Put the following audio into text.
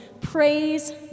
Praise